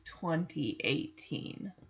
2018